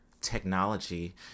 technology